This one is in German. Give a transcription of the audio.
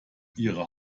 ihre